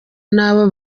n’abo